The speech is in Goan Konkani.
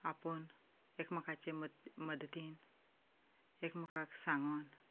आपोवन एकमेकाचे मद्दतीन एकमेकाक सांगून